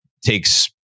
takes